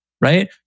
Right